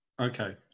Okay